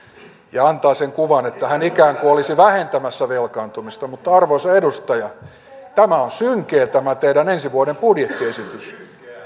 ja antaa sen kuvan että hän ikään kuin olisi vähentämässä velkaantumista mutta arvoisa edustaja tämä teidän ensi vuoden budjettiesityksenne on synkeä